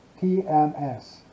TMS